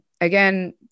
again